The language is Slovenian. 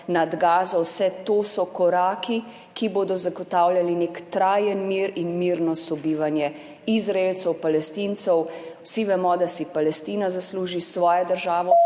nad Gazo, vse to so koraki, ki bodo zagotavljali nek trajen mir in mirno sobivanje Izraelcev, Palestincev. Vsi vemo, da si Palestina zasluži svojo državo,